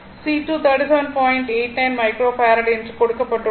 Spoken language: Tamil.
89 மைக்ரோ ஃபாரட் என்று கொடுக்கப்பட்டுள்ளது